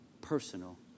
Personal